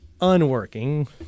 unworking